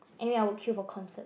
anyway I would queue for concert